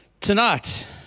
tonight